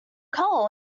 cold